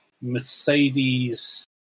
Mercedes